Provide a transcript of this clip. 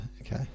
okay